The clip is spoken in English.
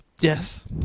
Yes